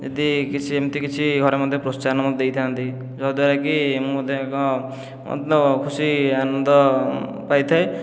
ଏମିତି କିଛି ସେମିତି କିଛି ଘରେ ମଧ୍ୟ ମୋତେ ପ୍ରୋତ୍ସାହନ ଦେଇଥାନ୍ତି ଯଦ୍ଦ୍ୱାରାକି ମୋତେ ଏକ ଅତ୍ୟନ୍ତ ଖୁସି ଆନନ୍ଦ ପାଇଥାଏ